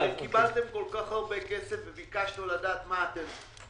הרי קיבלתם כל כך הרבה כסף וביקשנו לדעת מה אתם עושים.